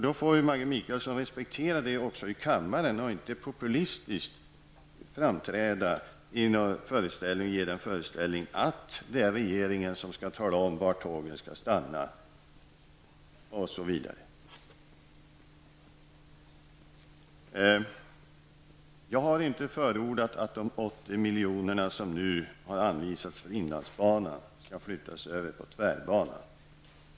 Det får Maggi Mikaelsson respektera också här i kammaren och inte populistiskt framträda och ge föreställningen att det är regeringen som skall bestämma t.ex. var tågen skall stanna. Jag har inte förordat att de 80 miljoner som nu har anvisats för inlandsbanan skall överföras till tvärbanan.